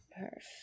Perfect